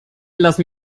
lassen